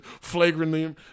flagrantly